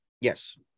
yes